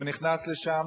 נכנס לשם